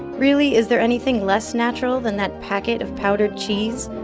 really, is there anything less natural than that packet of powdered cheese?